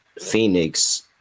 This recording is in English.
Phoenix